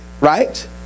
right